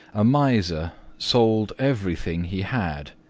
a miser sold everything he had,